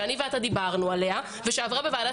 שאתה ואני דיברנו עליה ושעבר בוועדת